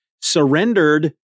surrendered